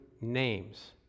names